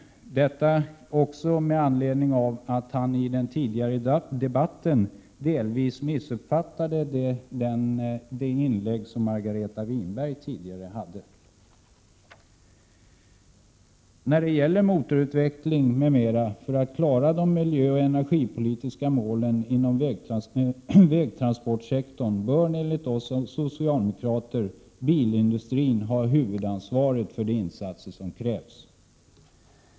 Jag gör detta bl.a. av den anledningen att han delvis missuppfattade Margareta Winbergs inlägg. När det gäller motorutveckling m.m. för att klara de miljöoch energipoli tiska målen inom vägtransportsektorn bör bilindustrin ha huvudansvaret för de insatser som krävs.